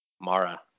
Mara